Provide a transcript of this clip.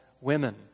women